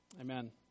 amen